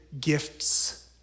gifts